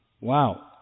Wow